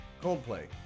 Coldplay